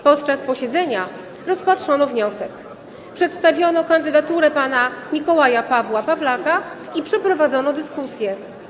Podczas posiedzenia rozpatrzono wniosek, przedstawiono kandydaturę pana Mikołaja Pawła Pawlaka i przeprowadzono dyskusję.